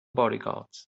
bodyguards